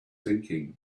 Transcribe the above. thinking